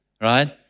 Right